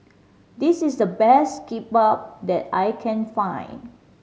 this is the best Kimbap that I can find